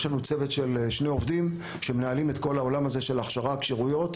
יש לנו צוות של שני עובדים שמנהלים את כל העולם הזה של הכשרה וכשירויות,